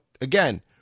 again